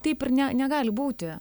taip ir ne negali būti